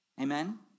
Amen